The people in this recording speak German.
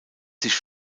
sich